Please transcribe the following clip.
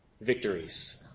victories